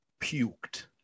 puked